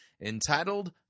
entitled